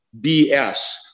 BS